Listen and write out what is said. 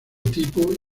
tipo